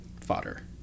fodder